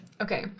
Okay